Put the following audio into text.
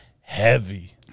heavy